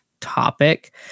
topic